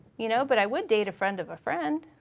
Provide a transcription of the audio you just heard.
you know, but i would date a friend of a friend.